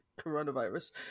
coronavirus